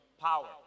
power